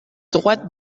droite